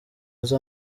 azi